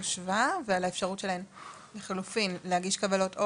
הושבה ועל האפשרות שלהן לחילופין להגיש קבלות,